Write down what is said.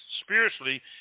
spiritually